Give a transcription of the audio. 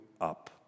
up